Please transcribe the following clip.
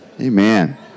Amen